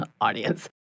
audience